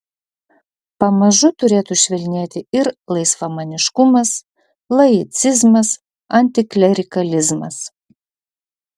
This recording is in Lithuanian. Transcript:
pamažu turėtų švelnėti ir laisvamaniškumas laicizmas antiklerikalizmas